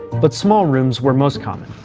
but small rooms were most common.